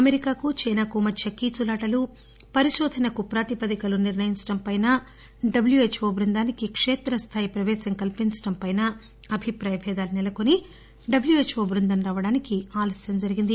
అమెరికాకు చైనాకు మధ్య కీచులాటలు పరిశోధనకు ప్రాతిపదికలు నిర్ణయించడంపైనా డబ్ల్యూహిచ్ఓ బృందానికి కేత్రస్దాయి ప్రపేశం కల్పించడం పైన అభిప్రాయభేదాలు నెలకొని డబ్ల్యూహెచ్ఓ బృందం రావడానికి ఆలస్యం జరిగింది